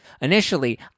Initially